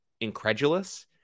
incredulous